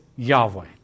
Yahweh